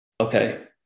okay